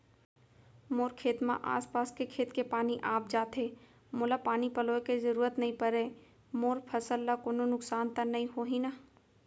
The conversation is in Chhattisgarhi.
मोर खेत म आसपास के खेत के पानी आप जाथे, मोला पानी पलोय के जरूरत नई परे, मोर फसल ल कोनो नुकसान त नई होही न?